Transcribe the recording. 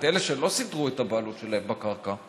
אלה שלא סידרו את הבעלות שלהם בקרקע,